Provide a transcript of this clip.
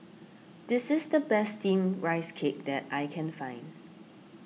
this is the best Steamed Rice Cake that I can find